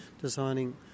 designing